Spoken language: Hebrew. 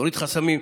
להוריד חסמים,